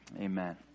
amen